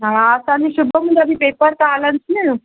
हा असांजे शुभम जा बि पेपर था हलनिसि न